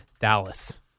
Dallas